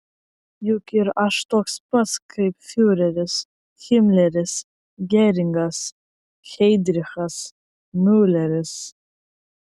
juk ir aš toks pat kaip fiureris himleris geringas heidrichas miuleris